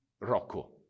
Rocco